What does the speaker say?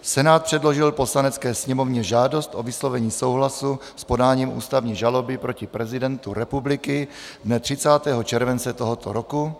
Senát předložil Poslanecké sněmovně žádost o vyslovení souhlasu s podáním ústavní žaloby proti prezidentu republiky dne 30. července tohoto roku.